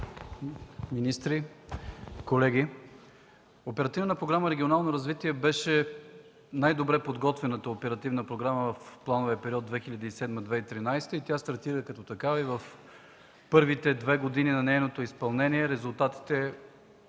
министри, колеги, Оперативна програма „Регионално развитие” беше най-добре подготвената оперативна програма в плановия период 2007-2013 г. и тя стартира като такава в първите две години на нейното изпълнение. Резултатите